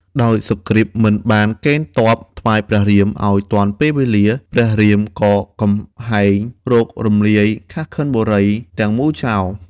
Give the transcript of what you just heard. ដោយសុគ្រីពមិនបានកេណ្ឌទ័ណ្ឌថ្វាយព្រះរាម ឱ្យទាន់ពេលវេលាព្រះរាមក៏កំហែង រករំលាយ ខាស់ខិនបុរី ទាំងមូលចោល។